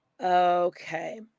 okay